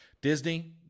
Disney